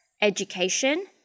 education